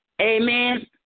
Amen